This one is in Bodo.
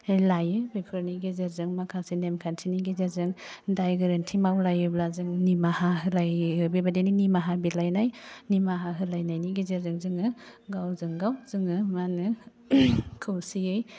लायो बेफोरनि गेजेरजों माखासे नेमखान्थिनि गेजेरजों दाय गोरोन्थि मावलायोब्ला जों निमाहा होलायो बेबायदिनि निमाहा बिलायनाय निमाहा होलायनायनि गेजेरजों जोङो गावजोंगाव जोङो माहोनो खौसेयै